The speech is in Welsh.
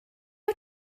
wyt